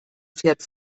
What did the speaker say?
pferd